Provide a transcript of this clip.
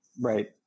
Right